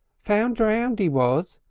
found drowned he was.